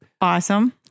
Awesome